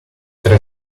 tre